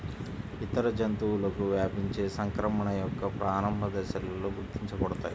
ఇతర జంతువులకు వ్యాపించే సంక్రమణ యొక్క ప్రారంభ దశలలో గుర్తించబడతాయి